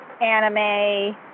Anime